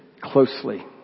closely